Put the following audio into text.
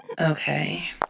Okay